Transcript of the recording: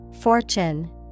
Fortune